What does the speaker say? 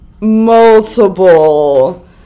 multiple